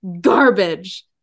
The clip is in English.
Garbage